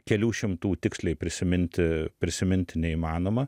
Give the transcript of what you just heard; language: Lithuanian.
kelių šimtų tiksliai prisiminti prisiminti neįmanoma